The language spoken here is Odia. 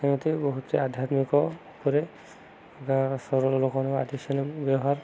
ସେମିତି ବହୁତ ଆଧ୍ୟାତ୍ମିକ ଉପରେ ଗାଁ ସରଳ ଲୋକମାନେ ବ୍ୟବହାର